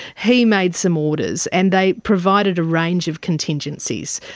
he made some orders, and they provided a range of contingencies.